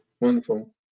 wonderful